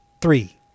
three